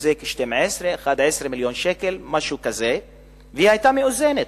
שזה 11 12 מיליון שקל, והיא היתה מאוזנת.